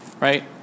right